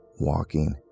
walking